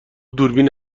دوربین